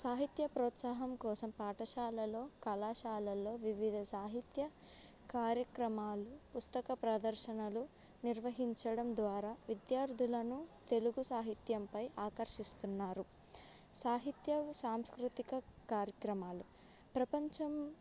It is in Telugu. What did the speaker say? సాహిత్య ప్రోత్సాహం కోసం పాఠశాలలో కళాశాలలో వివిధ సాహిత్య కార్యక్రమాలు పుస్తక ప్రదర్శనలు నిర్వహించడం ద్వారా విద్యార్థులను తెలుగు సాహిత్యంపై ఆకర్షిస్తున్నారు సాహిత్య సాంస్కృతిక కార్యక్రమాలు ప్రపంచం